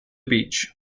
beach